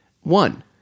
One